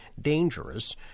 dangerous